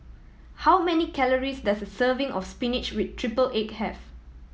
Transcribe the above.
how many calories does a serving of spinach with triple egg have